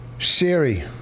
Siri